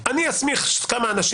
אני אסמיך כמה אנשים.